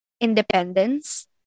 independence